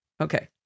Okay